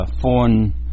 foreign